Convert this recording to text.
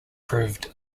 proved